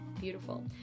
beautiful